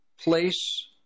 place